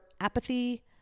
apathy